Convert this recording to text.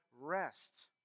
rest